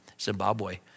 Zimbabwe